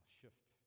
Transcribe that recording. shift